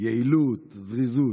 יעילות, זריזות,